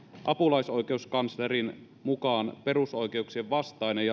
apulaisoikeuskanslerin mukaan perusoikeuksien vastainen